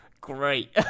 great